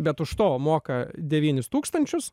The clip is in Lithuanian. bet už to moka devynis tūkstančius